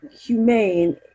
humane